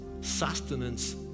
sustenance